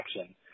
action